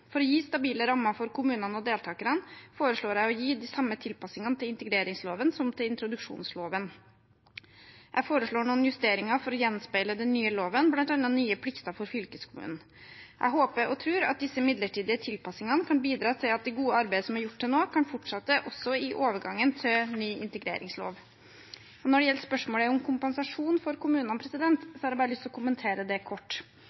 For å gi stabile rammer for kommunene og deltakerne foreslår jeg å gi de samme tilpasningene til integreringsloven som til introduksjonsloven. Jeg foreslår noen justeringer for å gjenspeile den nye loven, bl.a. nye plikter for fylkeskommunen. Jeg håper og tror at disse midlertidige tilpasningene kan bidra til at det gode arbeidet som er gjort til nå, kan fortsette også i overgangen til ny integreringslov. Når det gjelder spørsmålet om kompensasjon for kommunene, har jeg bare lyst til å kommentere det kort.